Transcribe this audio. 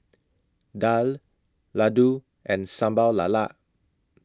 Daal Laddu and Sambal Lala